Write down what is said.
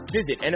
Visit